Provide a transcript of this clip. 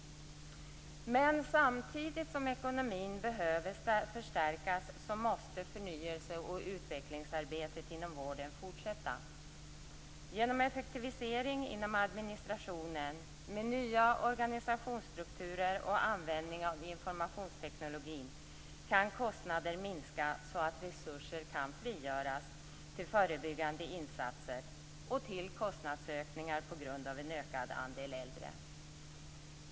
Men samtidigt som ekonomin behöver förstärkas måste förnyelse och utvecklingsarbetet inom vården fortsätta. Genom effektivisering inom administrationen, med nya organisationsstrukturer och användning av informationsteknologin kan kostnader minska så att resurser kan frigöras till förebyggande insatser och till kostnadsökningar på grund av en ökad andel äldre.